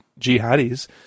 jihadis